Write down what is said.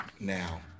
now